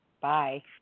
bye